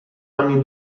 anni